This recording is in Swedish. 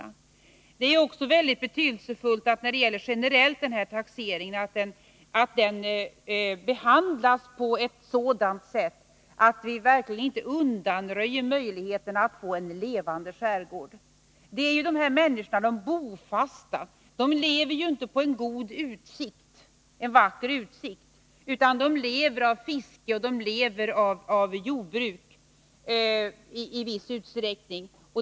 När det gäller fastighetstaxeringen generellt är det mycket betydelsefullt att den sköts på ett sådant sätt att vi verkligen inte undanröjer möjligheterna att ha en levande skärgård. De bofasta lever ju inte på en vacker utsikt, utan av fiske och i viss utsträckning av jordbruk.